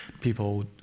people